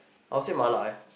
I would said mala eh